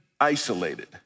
isolated